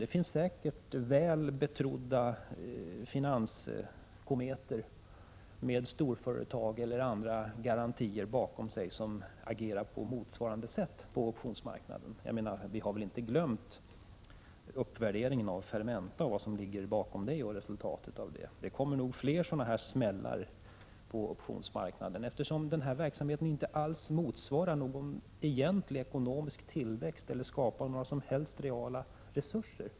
Det finns säkert väl betrodda finanskometer med storföretag eller andra garanter bakom sig som agerar på motsvarande sätt på optionsmarknaden. Vi skall inte glömma resultatet av uppvärderingen av Fermenta och vad som ligger bakom den. Det kommer nog fler liknande smällar på optionsmarknaden, eftersom verksamheten inte alls skapar någon egentlig tillväxt eller några reala resurser.